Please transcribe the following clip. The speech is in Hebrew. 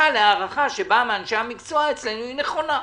להארכה שבאה מאנשי המקצוע אצלנו היא נכונה.